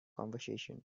conversation